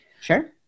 Sure